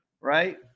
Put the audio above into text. right